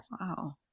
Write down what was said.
Wow